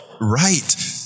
Right